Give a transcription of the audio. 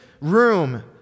room